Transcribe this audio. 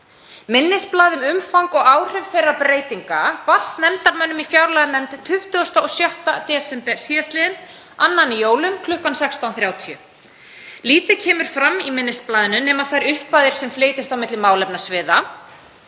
Minnisblað um umfang og áhrif þeirra breytinga barst nefndarmönnum í fjárlaganefnd 26. desember sl., annan í jólum, kl. 16:30. Lítið kemur fram í minnisblaðinu nema þær upphæðir sem flytjast á milli málefnasviða